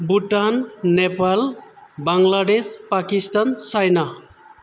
Bhutan Nepal Bangladesh Pakistan China